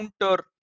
counter